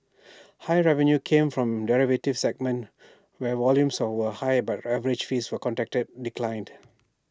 higher revenue came from derivatives segment where volumes were higher but average fees were contract declined